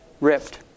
ripped